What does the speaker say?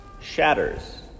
shatters